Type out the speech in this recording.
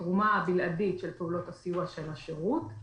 התרומה הבלעדית של פעולות הסיוע של השירות,